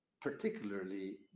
particularly